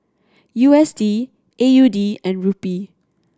U S D A U D and Rupee